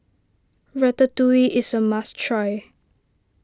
Ratatouille is a must try